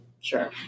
sure